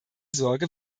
sorge